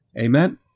Amen